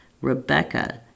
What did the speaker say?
Rebecca